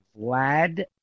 Vlad